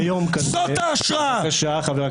זאת ההשראה.